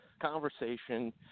conversation